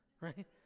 Right